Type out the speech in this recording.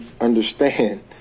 understand-